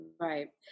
Right